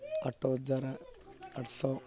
ଆଠ ହଜାର ଆଠଶହ